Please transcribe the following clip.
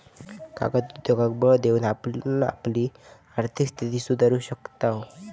कागद उद्योगांका बळ देऊन आपण आपली आर्थिक स्थिती सुधारू शकताव